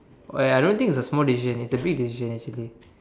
oh ya I don't think it's a small decision it's a big decision actually